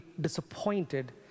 disappointed